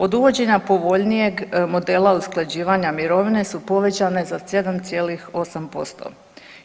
Od uvođenja povoljnijeg modela usklađivanja mirovine su povećane za 7,8%